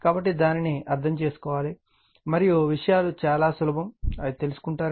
కాబట్టి దానిని అర్థం చేసుకోవాలి మరియు విషయాలు చాలా సులభం అని కనుగొంటారు